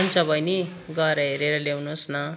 हुन्छ बहिनी गएर हेरेर ल्याउनुहोस् न